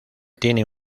tiene